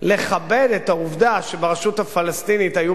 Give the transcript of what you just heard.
לכבד את העובדה שברשות הפלסטינית היו